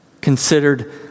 considered